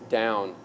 down